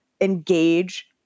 engage